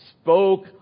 spoke